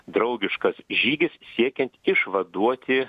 draugiškas žygis siekiant išvaduoti